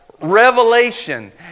revelation